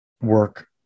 work